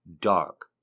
dark